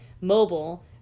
mobile